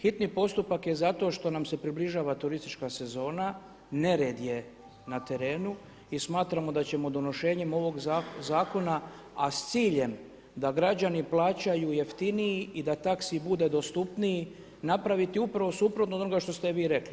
Hitni postupak je zato što nam se približava turistička sezona, nered je na terenu i smatramo da ćemo donošenjem ovog zakona, a s ciljem da građani plaćaju jeftiniji i da taksi bude dostupniji, napraviti upravo suprotno od onoga što ste vi rekli.